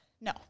No